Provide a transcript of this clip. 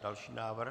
Další návrh.